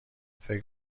فکر